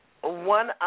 one